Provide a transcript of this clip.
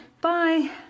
bye